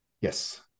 yes